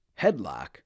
Headlock